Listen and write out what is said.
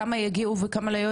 כמה יגיעו וכמה לא?